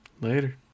Later